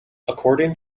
according